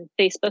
Facebook